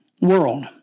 world